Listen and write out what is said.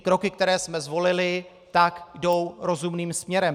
Kroky, které jsme zvolili, jdou rozumným směrem.